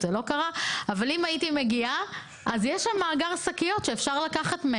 לבדוק שאלות של אנשים משלוחים מחו"ל,